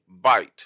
bite